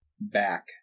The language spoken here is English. back